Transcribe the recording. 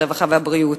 הרווחה והבריאות.